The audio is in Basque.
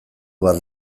bat